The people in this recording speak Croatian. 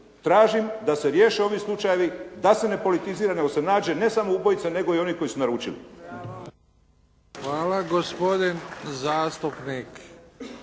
tražim da se riješe ovi slučajevi, da se ne politizira, nego da se nađe ne samo ubojica, nego i oni koji su naručili. **Bebić, Luka